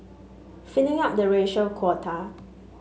filling up the racial quota